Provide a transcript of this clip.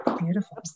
beautiful